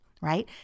right